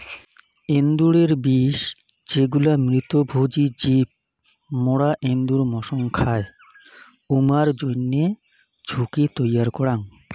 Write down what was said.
এন্দুরের বিষ যেগুলা মৃতভোজী জীব মরা এন্দুর মসং খায়, উমার জইন্যে ঝুঁকি তৈয়ার করাং